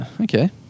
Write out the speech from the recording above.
Okay